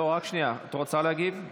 את רוצה להגיב?